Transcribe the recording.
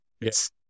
Yes